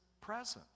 presence